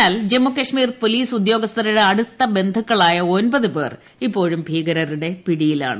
എന്നാൽ ജർമ്മുകാശ്മീർ പോലീസ് ഉദ്യോഗസ്ഥരുടെ അടുത്ത ബന്ധുക്ക്ളായ ഒൻപത് പേർ ഇപ്പോഴും ഭീകരരുടെ പിടിയിലാണ്